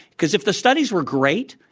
because if the studies were great,